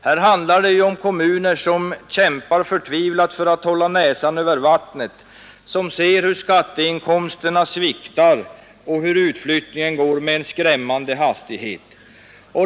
Här handlar det om kommuner som kämpar förtvivlat för att hålla näsan över vattnet, som ser hur skatteinkomsterna sviktar och hur utflyttningen går med en skrämmande hastighet.